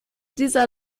dieser